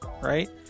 Right